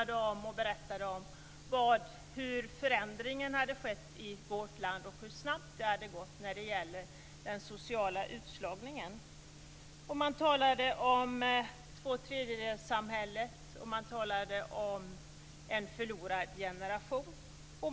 De berättade om hur förändringen har skett i vårt land och hur snabbt det har gått när det gäller den sociala utslagningen. Man talade om tvåtredjedelssamhället och om en förlorad generation.